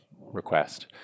request